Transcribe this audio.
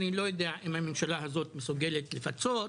אני לא יודע אם הממשלה הזאת מסוגלת לפצות.